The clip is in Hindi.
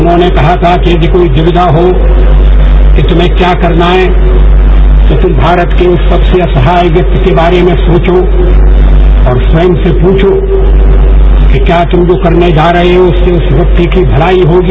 उन्होंने कहा था कि यदि कोई दुक्विया हो कि तुन्हें क्या करना है तो तुम भारत के उस सबसे असहाय व्यक्ति के बारे में तोचो और स्वयं से पूछो कि क्या तुम जो करने जो रहे हो उससे उस व्यक्ति की भलाई होगी